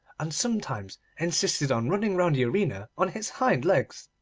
and sometimes insisted on running round the arena on his hind legs,